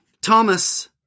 Thomas